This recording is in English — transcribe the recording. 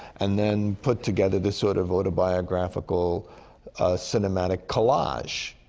and then put together this sort of autobiographical cinematic collage.